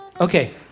Okay